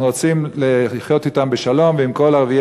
אנחנו רוצים לחיות בשלום אתם ועם כל ערביי